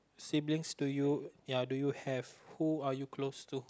siblings do you ya do you have who are you close to